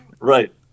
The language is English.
Right